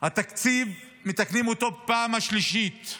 את התקציב מתקנים בפעם השלישית.